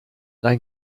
dein